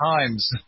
times